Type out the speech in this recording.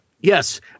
Yes